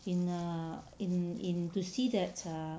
in err in in to see that err